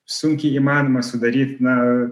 sunkiai įmanoma sudaryti na